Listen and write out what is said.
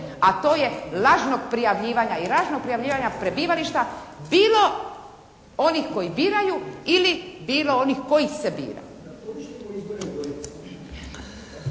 a to je lažnog prijavljivanja i lažnog prijavljivanja prebivališta bilo onih koji biraju ili onih koji se bira.